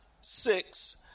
six